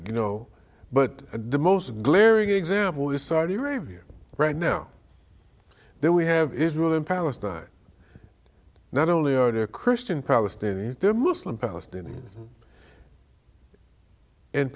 you know but the most glaring example is saudi arabia right now then we have israel in palestine not only are there christian palestinians they're muslim palestinians and